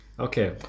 Okay